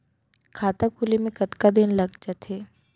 खाता खुले में कतका दिन लग जथे?